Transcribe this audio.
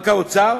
רק שהאוצר